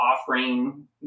offering